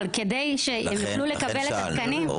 כדי שהם יוכלו לקבל את התקנים --- לכן שאלנו.